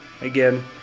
Again